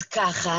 אז ככה,